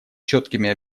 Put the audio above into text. четкими